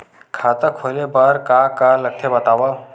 खाता खोले बार का का लगथे बतावव?